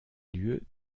lieu